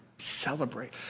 celebrate